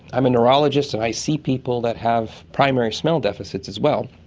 am a neurologist and i see people that have primary smell deficits as well,